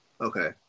okay